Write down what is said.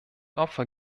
opfer